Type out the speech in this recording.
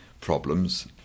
problems